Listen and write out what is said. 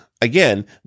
again